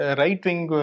right-wing